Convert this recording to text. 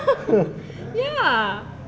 good ya